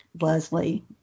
Leslie